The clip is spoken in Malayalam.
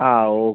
ആ ഓ